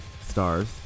Stars